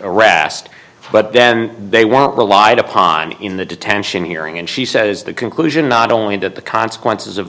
arrest but then they want relied upon in the detention hearing and she says that conclusion not only did the consequences of